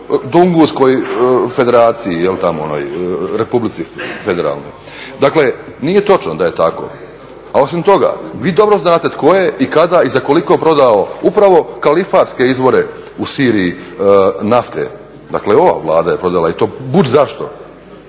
kao u … federaciji, tamo onoj republici federalnoj. Dakle nije točno da je tako. A osim toga, vi dobro znate tko je i kada i za koliko prodao upravo kalifatske izvore u Siriji nafte, dakle ova Vlada je prodala i to budzašto.